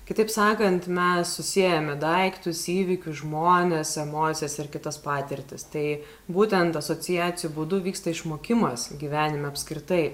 kitaip sakant mes susiejame daiktus įvykius žmones emocijas ir kitas patirtis tai būtent asociacijų būdu vyksta išmokimas gyvenime apskritai